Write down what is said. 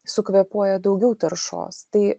sukvėpuoja daugiau taršos tai